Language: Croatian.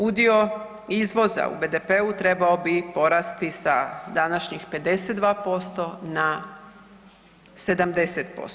Udio izvoza u BDP-u trebao bi porasti sa današnjih 52% na 70%